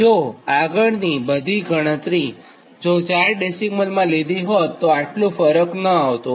જો આગળનાં બધીજ ગણતરી જો ચાર ડેસિમલમાં લીધી હોતતો કોઈ ફરક ન આવતું